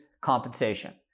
compensation